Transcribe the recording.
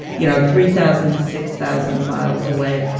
you know, three thousand to six thousand miles away.